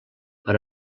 per